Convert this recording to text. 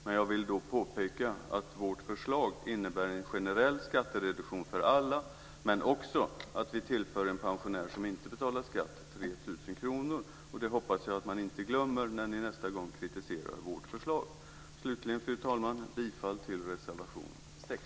Men jag vill då påpeka att vårt förslag innebär en generell skattereduktion för alla, men också att vi tillför en pensionär som inte betalar skatt 3 000 kr. Det hoppas jag att man inte glömmer nästa gång man kritiserar vårt förslag. Slutligen, fru talman, yrkar jag bifall till reservation 6.